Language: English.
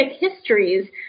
histories